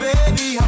Baby